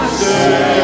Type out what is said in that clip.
say